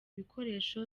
ibikoresho